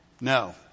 No